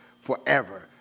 forever